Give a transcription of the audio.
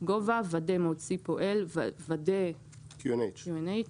גובה(1)וודא מוד C פועל (2)וודא QNH